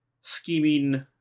scheming